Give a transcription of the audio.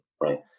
right